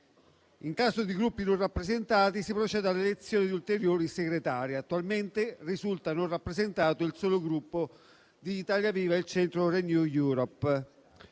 In caso di Gruppi non rappresentati si procede all'elezione di ulteriori segretari. Attualmente risulta non rappresentato il solo Gruppo Italia Viva-Il Centro-Renew Europe.